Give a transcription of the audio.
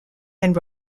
and